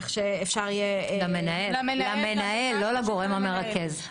כך שאפשר יהיה --- למנהל, לא לגורם המרכז.